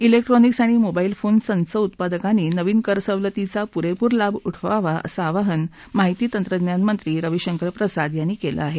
ाजिक्ट्रोनिक्स आणि mobile phone संच उत्पादकांनी नवीन करसवलतींचा पुरेपूर लाभ उठवावा असं आवाहन माहिती तंत्रज्ञान मंत्री रविशंकर प्रसाद यांनी केलं आहे